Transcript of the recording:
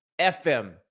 FM